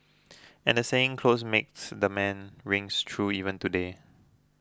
and the saying clothes makes the man rings true even today